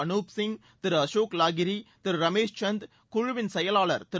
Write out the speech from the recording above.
அனுப் சிங் திரு அசோக் வாகிரி திரு ரமேஷ் சந்த் குழுவிள் செயலாளர் திரு